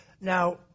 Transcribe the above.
Now